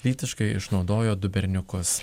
lytiškai išnaudojo du berniukus